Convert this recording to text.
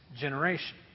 generation